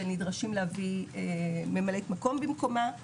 ונדרשים להביא ממלאת מקום במקומה,